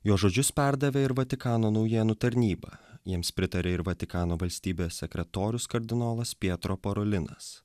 jo žodžius perdavė ir vatikano naujienų tarnyba jiems pritarė ir vatikano valstybės sekretorius kardinolas pietro porolinas